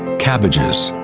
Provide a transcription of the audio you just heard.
cabbages,